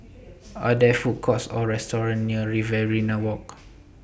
Are There Food Courts Or restaurants near Riverina Walk